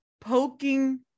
poking